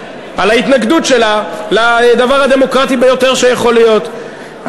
על ההתנגדות שלה לדבר הדמוקרטי ביותר שיכול להיות.